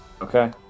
Okay